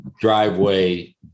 driveway